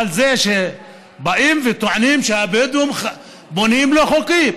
אבל זה שבאים וטוענים שהבדואים בונים לא חוקי,